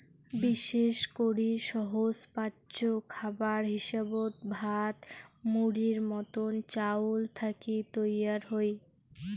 বিশেষ করি সহজপাচ্য খাবার হিসাবত ভাত, মুড়ির মতন চাউল থাকি তৈয়ার হই